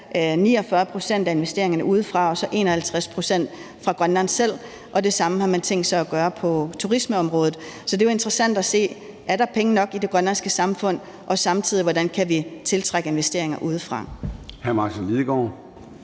49 pct. af investeringerne udefra og så 51 pct. fra Grønland selv. Det samme har man tænkt sig at gøre på turismeområdet. Så det er jo interessant at se, om der er penge nok i det grønlandske samfund, og samtidig se på, hvordan vi kan tiltrække investeringer udefra.